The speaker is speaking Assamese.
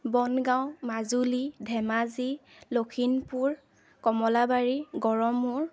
বনগাঁও মাজুলী ধেমাজি লখিমপুৰ কমলাবাৰী গড়মূৰ